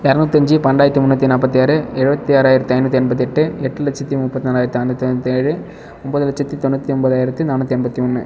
இரநூத்தி அஞ்சு பன்னென்டாயிரத்தி முந்நூற்றி நாற்பத்தி ஆறு இருபத்தாராயிரத்தி ஐநூற்றி எண்பத்தெட்டு எட்டு லட்சத்தி முப்பத் நாலாயிரத்தி ஐநூற்றி ஐம்பத்தேழு ஒன்போது லட்சத்தி தொ தொண்ணூற்றி ஒன்பதாயிரத்தி நாநூற்றி ஐம்பத்தி ஒன்று